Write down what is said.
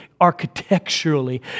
architecturally